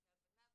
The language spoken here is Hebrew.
כהבנה,